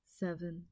seven